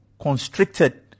constricted